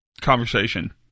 conversation